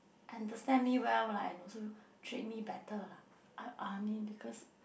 understand me well lah and also treat me better lah I I mean because